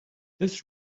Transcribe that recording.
this